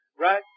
Right